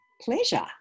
Pleasure